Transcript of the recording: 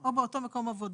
או באותו מקום עבודה.